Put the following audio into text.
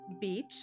Beach